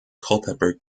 culpeper